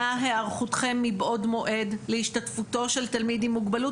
נא היערכותכם מבעוד מועד להשתתפותו של תלמיד עם מוגבלות,